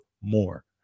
more